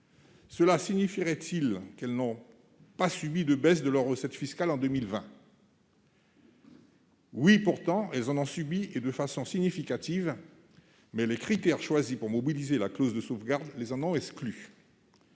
Cela signifierait-il qu'elles n'ont pas subi de baisse de leurs recettes fiscales en 2020 ? Si, elles en ont subi, et de façon significative, mais les critères choisis pour mobiliser la clause de sauvegarde les en ont exclues